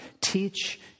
teach